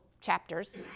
chapters